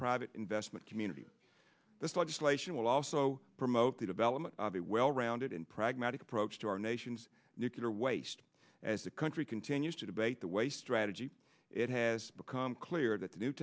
private investment community this legislation will also promote the development of a well rounded and pragmatic approach to our nation's nuclear waste as the country continues to debate the way strategy it has become clear that the new